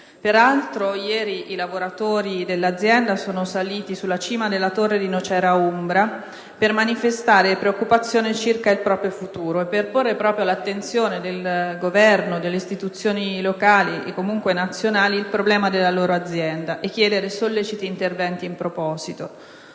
di ieri i lavoratori dell'azienda sono saliti sulla cima della torre di Nocera Umbra per manifestare preoccupazione circa il proprio futuro e per porre all'attenzione del Governo, delle istituzioni locali e nazionali il problema della loro azienda, chiedendo solleciti interventi in proposito.